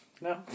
no